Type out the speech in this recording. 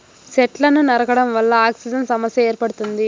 సెట్లను నరకడం వల్ల ఆక్సిజన్ సమస్య ఏర్పడుతుంది